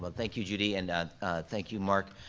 but thank you, judy, and thank you, mark.